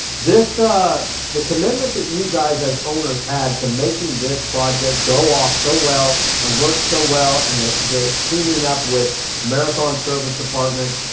this. the commitment that you guys as owners had to making this project go off so well and work so well, and the. the teaming up with marathon service department.